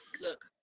Look